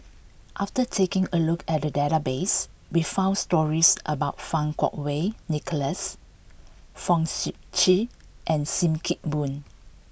after taking a look at the database we found stories about Fang Kuo Wei Nicholas Fong Sip Chee and Sim Kee Boon